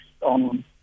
on